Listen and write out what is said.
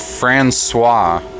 Francois